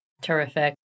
Terrific